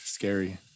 Scary